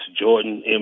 Jordan